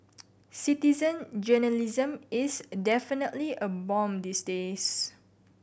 citizen journalism is definitely a boom these days